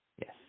Yes